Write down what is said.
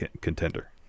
contender